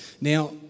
Now